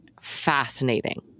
fascinating